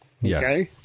Yes